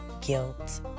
guilt